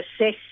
assess